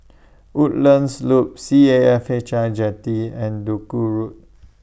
Woodlands Loop C A F H I Jetty and Duku Road